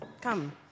come